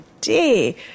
day